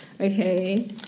Okay